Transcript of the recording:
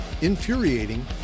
infuriating